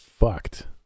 fucked